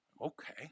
Okay